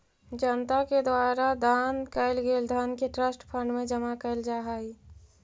जनता के द्वारा दान कैल गेल धन के ट्रस्ट फंड में जमा कैल जा हई